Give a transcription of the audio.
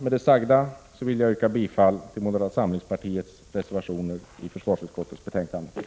Med det sagda vill jag yrka bifall till moderata samlingspartiets reservationer i försvarsutskottets betänkande.